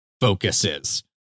focuses